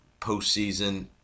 postseason